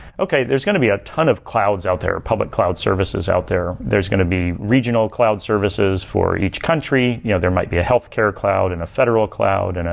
okay there is going to be ah ton of clouds out there, public cloud services out there. there is going to be regional cloud services for each country. you know there might be a healthcare cloud and a federal cloud. and